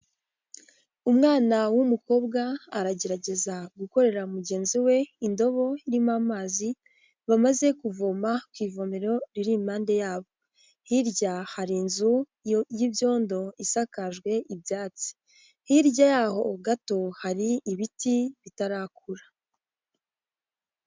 Umwana w'umukobwa aragerageza gukorera mugenzi we indobo irimo amazi, bamaze kuvoma ku ivomero riri impande yabo. Hirya hari inzu y'ibyondo, isakajwe ibyatsi. Hirya yaho gato hari ibiti bitarakura.